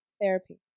Therapy